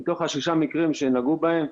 מתוך השישה מקרים שנגעו בהם,